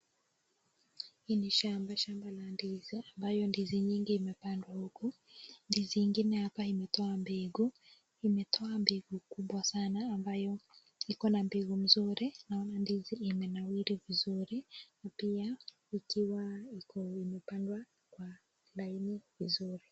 Hili ni shamba la ndizi ambalo ndizi nyingi imepandwa uku ndizi ingine hapa imetoa mbegu kubwa sana ambayo iko na mbegu mzuri. Naona ndizi imenawiri vizuri, pia ikiwa imepandwa kwa laini vizuri.